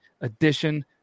edition